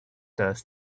does